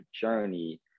journey